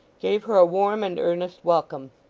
gave her a warm and earnest welcome.